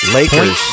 Lakers